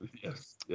Yes